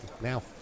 now